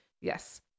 Yes